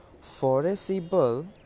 foreseeable